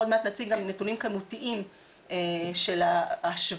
עוד מעט נציג גם נתונים כמותיים של ההשוואה